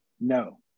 No